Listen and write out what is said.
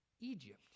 egypt